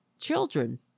Children